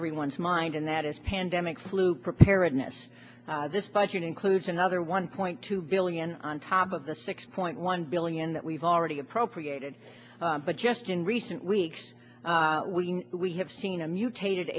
everyone's mind and that is pandemic flu preparedness this budget includes another one point two billion on top of the six point one billion that we've already appropriated but just in recent weeks we have seen a mutated